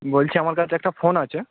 বলছি আমার কাছে একটা ফোন আছে